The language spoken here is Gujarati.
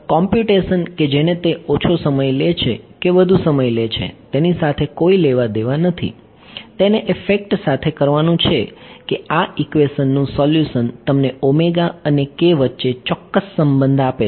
કોંપ્યુટેશન કે જેને તે ઓછો સમય લે છે કે વધુ સમય લે છે તેની સાથે કોઈ લેવાદેવા નથી તેને એ ફેક્ટ સાથે કરવાનું છે કે આ ઈક્વેશનનું સોલ્યુશન તમને અને k વચ્ચે ચોક્કસ સંબંધ આપે છે